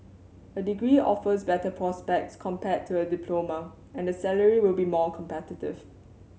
a degree offers better prospects compared to a diploma and the salary will be more competitive